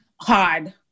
hard